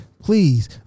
please